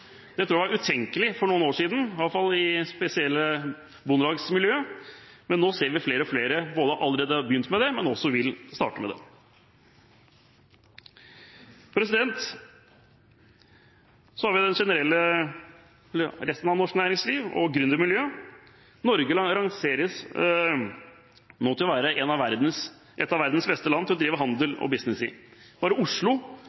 var utenkelig for noen år siden, i hvert fall i spesielle Bondelag-miljøer, men nå ser vi flere og flere som allerede har begynt med det, og flere som vil starte med det. Så til resten av norsk næringsliv generelt og gründermiljøet. Norge rangeres nå til å være et av verdens beste land å drive handel og business i. Oslo